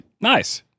Nice